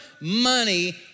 money